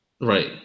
Right